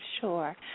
Sure